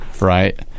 right